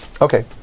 Okay